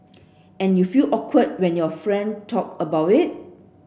and you feel awkward when your friend talk about it